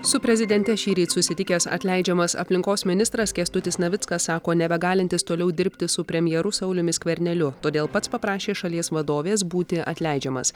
su prezidente šįryt susitikęs atleidžiamas aplinkos ministras kęstutis navickas sako nebegalintis toliau dirbti su premjeru sauliumi skverneliu todėl pats paprašė šalies vadovės būti atleidžiamas